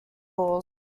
laws